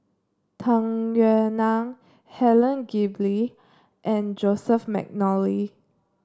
Tung Yue Nang Helen Gilbey and Joseph McNally